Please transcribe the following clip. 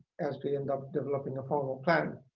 as we end up developing a formal plan.